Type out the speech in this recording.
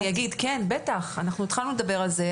כן, בטח, אנחנו התחלנו לדבר על זה.